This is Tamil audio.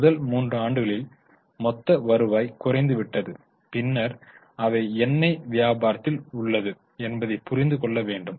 முதல் 3 ஆண்டுகளில் மொத்த வருவாய் குறைந்து விட்டது பின்னர் அவை எண்ணெய் வியாபாரத்தில் உள்ளது என்பதைப் புரிந்து கொள்ள வேண்டும்